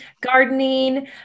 gardening